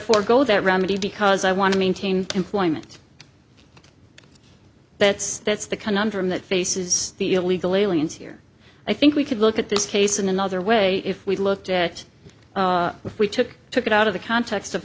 forego that remedy because i want to maintain employment but that's the conundrum that faces the illegal aliens here i think we could look at this case in another way if we looked at if we took took it out of the context of